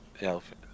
elephant